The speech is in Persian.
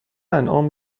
انعام